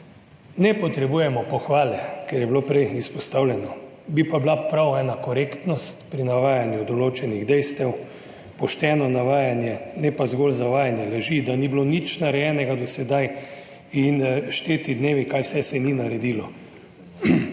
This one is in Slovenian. Ne potrebujemo pohvale, ker je bilo prej izpostavljeno. Bi pa bila prav ena korektnost pri navajanju določenih dejstev, pošteno navajanje, ne pa zgolj zavajanje, laži, da ni bilo nič narejenega do sedaj in šteti dnevi, kaj vse se ni naredilo.